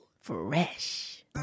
Fresh